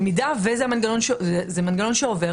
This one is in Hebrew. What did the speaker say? אם זה מנגנון שעובר,